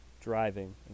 driving